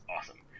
awesome